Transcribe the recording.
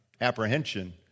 apprehension